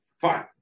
Fine